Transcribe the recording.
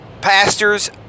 pastors